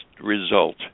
result